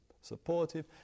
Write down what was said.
supportive